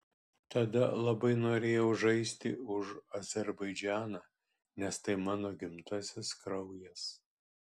tada labai norėjau žaisti už azerbaidžaną nes tai mano gimtasis kraujas